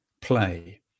play